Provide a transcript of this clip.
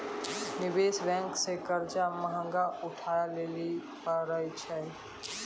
निवेश बेंक से कर्जा महगा उठाय लेली परै छै